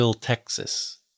Texas